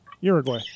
uruguay